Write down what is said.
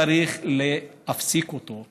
צריך להפסיק אותו.